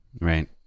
Right